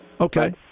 Okay